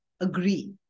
agree